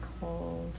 cold